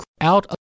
out